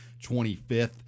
25th